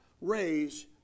raise